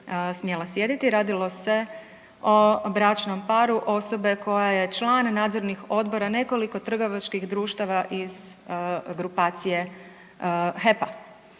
smjela sjediti. Radilo se o bračnom paru osobe koja je član nadzornih odbora nekoliko trgovačkih društava iz grupacije HEP-a.